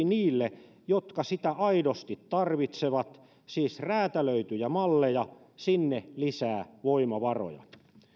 niille jotka sitä aidosti tarvitsevat siis räätälöityjä malleja sinne lisää voimavaroja